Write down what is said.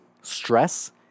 stress